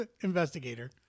investigator